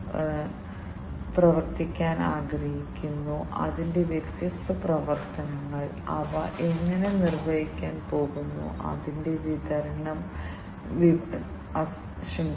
വ്യത്യസ്ത തരം ഡാറ്റകൾ ഉണ്ടാകാം അത് വ്യത്യസ്ത സെൻസറുകൾ ഉപയോഗിച്ച് മനസ്സിലാക്കാൻ കഴിയും സെൻസറുകൾ തന്നെ അനലോഗ് അല്ലെങ്കിൽ ഡിജിറ്റൽ സെൻസറുകൾ ആകാം